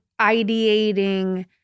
ideating